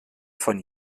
von